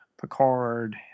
Picard